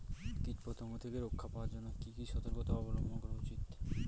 কীটপতঙ্গ থেকে রক্ষা পাওয়ার জন্য কি কি সর্তকতা অবলম্বন করা উচিৎ?